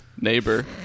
neighbor